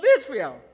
Israel